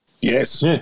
Yes